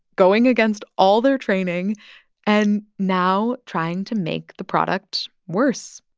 going against all their training and now trying to make the product worse.